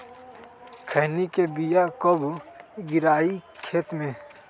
खैनी के बिया कब गिराइये खेत मे?